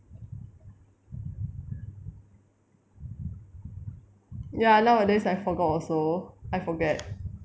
ya nowadays I forgot also I forget